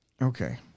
Okay